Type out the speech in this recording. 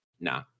nah